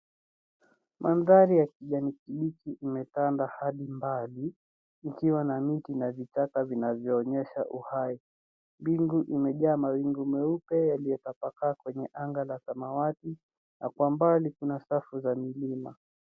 Mandhari ya kijani kibichi imekanda hadi mbali ikiwa na miti na vichaka zinzoonyesha uhai bingu imejaa mawingu meupe yaliyotapakaa kwenye anga la samawati na kwa mbali kuna safu za milima.